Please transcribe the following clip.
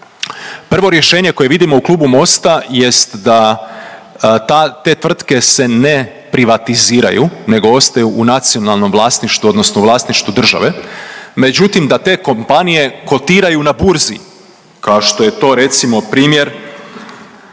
Prvo rješenje koje vidimo u klubu Mosta jest da ta te tvrtke se ne privatiziraju nego ostaju u nacionalnom vlasništvu odnosno vlasništvu države, međutim da te kompanije kotiraju na burzi kao što je to recimo primjer